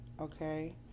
Okay